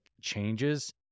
changes